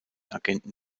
agenten